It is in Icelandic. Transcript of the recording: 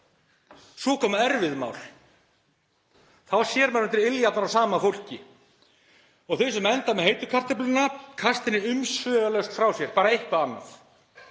Svo koma erfið mál. Þá sér maður undir iljarnar á sama fólki. Og þau sem enda með heitu kartöfluna kasta henni umsvifalaust frá sér, bara eitthvert annað.